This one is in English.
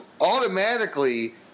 automatically